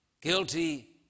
Guilty